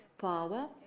power